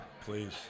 Please